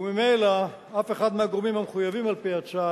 וממילא אף אחד מהגורמים המחויבים על-פי ההצעה